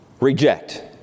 reject